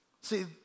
See